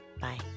Bye